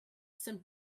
some